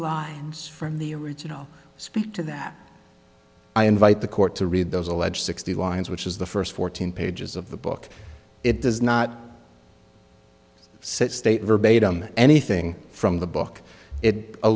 live from the original speak to that i invite the court to read those alleged sixty lines which is the first fourteen pages of the book it does not set state verbatim anything from the book it